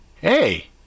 Hey